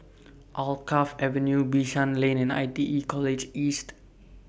Alkaff Avenue Bishan Lane and I T E College East